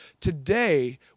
Today